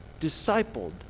discipled